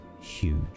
huge